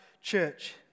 church